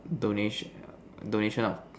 donation donation of